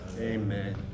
Amen